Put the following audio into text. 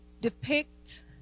depict